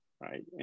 right